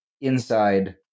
inside